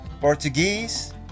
Portuguese